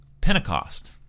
Pentecost